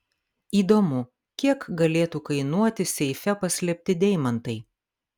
įdomu kiek galėtų kainuoti seife paslėpti deimantai